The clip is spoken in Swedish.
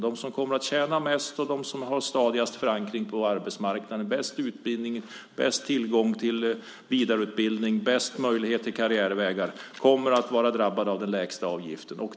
De som tjänar mest, har stadigast förankring på arbetsmarknaden, bäst utbildning, bäst tillgång till vidareutbildning och bäst möjlighet till karriärvägar kommer att få den lägsta avgiften.